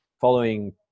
following